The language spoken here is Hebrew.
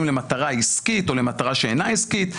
למטרה עסקית או למטרה שאינה עסקית,